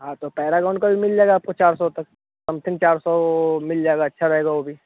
हाँ तो पेरागॉन को भी मिल जाएगा आपको चार सौ तक समथिंग चार सौ मिल जाएगा अच्छा रहेगा वह भी